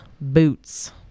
Boots